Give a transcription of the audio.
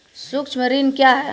सुक्ष्म ऋण क्या हैं?